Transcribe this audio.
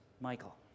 Michael